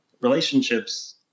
relationships